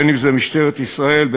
בין שזה משטרת ישראל,